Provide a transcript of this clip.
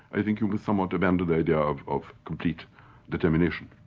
i think you will somewhat abandon the idea of of complete determination.